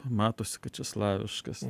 matosi kad čia slaviškas